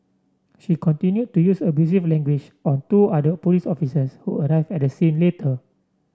she continued to use abusive language on two other police officers who arrive at scene later